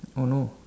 oh no